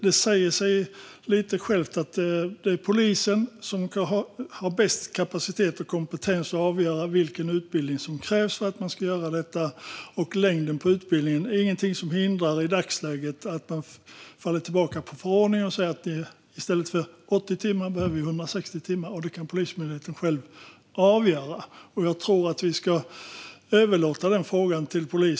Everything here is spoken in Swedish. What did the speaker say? Det säger sig självt att det är polisen som har bäst kapacitet och kompetens att avgöra vilken utbildning som krävs för att göra detta. När det gäller längden på utbildningen är det i dagsläget ingenting som hindrar att man faller tillbaka på förordningen och säger att det behövs 160 timmar i stället för 60. Detta kan Polismyndigheten själv avgöra, och jag tror att vi ska överlåta den frågan till dem.